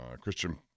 Christian